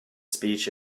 speech